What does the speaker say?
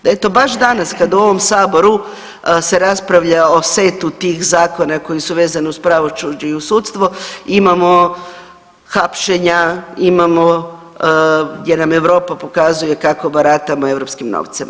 Da je to baš danas, kad u ovom Saboru se raspravlja o setu tih zakona koji su vezano uz pravosuđe i u sudstvo imamo hapšenja, imamo gdje nam Europa pokazuje kako baratamo europskim novcem.